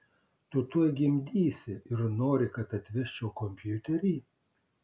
tu tuoj gimdysi ir nori kad atvežčiau kompiuterį